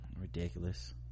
ridiculous